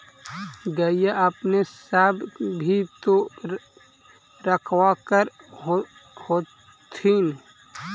गईया अपने सब भी तो रखबा कर होत्थिन?